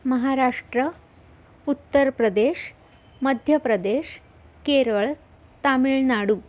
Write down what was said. Maharashtra Uttar Pradesh Madhya Pradesh Kerala Tamil Nadu